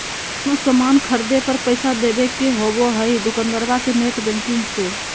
कोनो सामान खर्दे पर पैसा देबे के होबो हइ दोकंदारबा के नेट बैंकिंग से